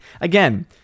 Again